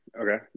Okay